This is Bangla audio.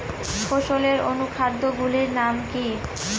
ফসলের অনুখাদ্য গুলির নাম কি?